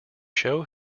show